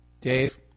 Dave